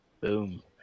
Boom